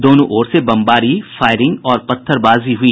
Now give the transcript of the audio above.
दोनों ओर से बमबारी फायरिंग और पत्थरबाजी हुई